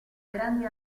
grande